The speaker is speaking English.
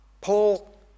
Paul